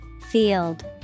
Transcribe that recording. Field